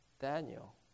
Daniel